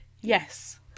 Yes